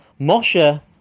Moshe